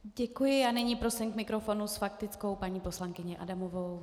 Děkuji a nyní prosím k mikrofonu s faktickou paní poslankyně Adamová.